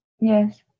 yes